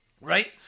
right